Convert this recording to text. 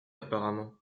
apparemment